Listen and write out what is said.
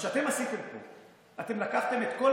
מה שאתם עשיתם פה הוא שאתם לקחתם את כל